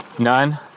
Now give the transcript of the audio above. None